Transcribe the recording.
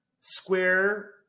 square